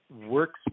works